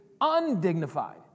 undignified